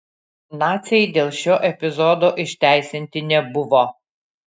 naciai dėl šio epizodo išteisinti nebuvo